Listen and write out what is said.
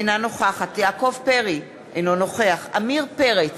אינה נוכחת יעקב פרי, אינו נוכח עמיר פרץ,